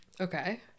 Okay